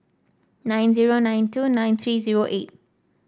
nine zero nine two nine three zero eight